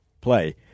play